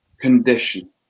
condition